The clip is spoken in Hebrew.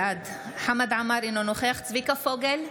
בעד חמד עמאר, אינו נוכח צביקה פוגל,